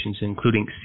including